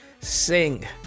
sing